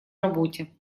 работе